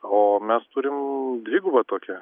o mes turim dvigubą tokį